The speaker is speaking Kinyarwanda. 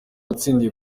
watsindiye